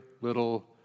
little